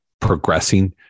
progressing